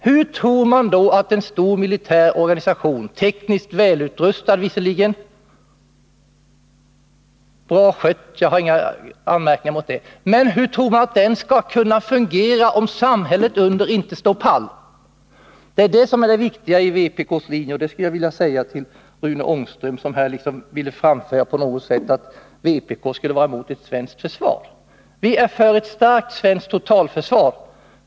Hur tror man då att en stor militär organisation, visserligen tekniskt välutrustad och bra skött — jag har inga anmärkningar mot det — skall kunna fungera om samhället inte står pall? Det är detta som är det viktiga i vpk:s linje, och det vill jag säga till Rune Ångström, som här vill framhäva att vpk skulle vara mot ett svenskt försvar. Vi är för ett starkt svenskt totalförsvar.